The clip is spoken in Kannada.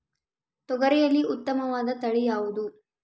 ತೊಗರಿಯಲ್ಲಿ ಉತ್ತಮವಾದ ತಳಿ ಯಾವುದು?